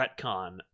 retcon